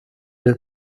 для